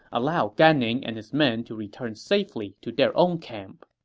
allowed gan ning and his men to return safely to their own camp.